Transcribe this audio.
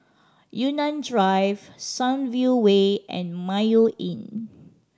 Yunnan Drive Sunview Way and Mayo Inn